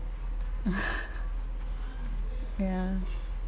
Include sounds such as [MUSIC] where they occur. [LAUGHS] ya